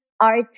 art